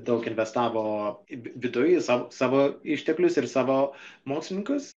daug investavo viduj savo išteklius ir savo mokslininkus